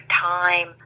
time